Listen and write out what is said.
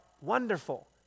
wonderful